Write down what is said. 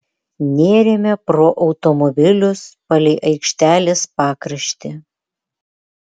nėrėme pro automobilius palei aikštelės pakraštį